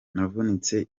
navunitse